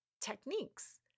techniques